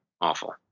Awful